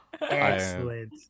Excellent